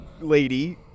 lady